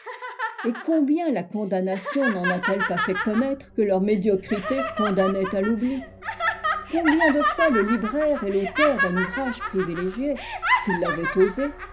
et combien la condamnation n'en a-t-elle pas fait connaître que leur médiocrité condamnait à l'oubli combien de fois le libraire et l'auteur d'un ouvrage privilégié s'ils l'avaient osé